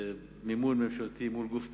זה מימון ממשלתי מול גוף פרטי.